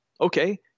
Okay